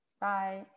Bye